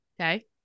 Okay